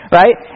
right